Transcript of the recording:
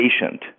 patient